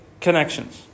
connections